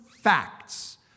facts